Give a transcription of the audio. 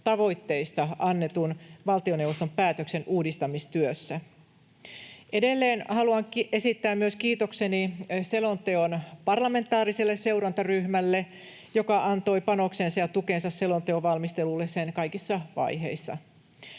tavoitteista annetun valtioneuvoston päätöksen uudistamistyössä. Edelleen haluan esittää myös kiitokseni selonteon parlamentaariselle seurantaryhmälle, joka antoi panoksensa ja tukensa selonteon valmistelulle sen kaikissa vaiheissa.